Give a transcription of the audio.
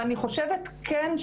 ואני חושבת כן,